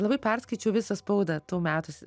labai perskaičiau visą spaudą tų metų